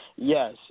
Yes